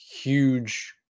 huge